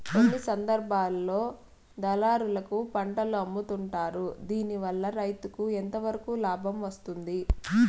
కొన్ని సందర్భాల్లో దళారులకు పంటలు అమ్ముతుంటారు దీనివల్ల రైతుకు ఎంతవరకు లాభం వస్తుంది?